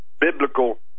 biblical